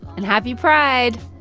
and happy pride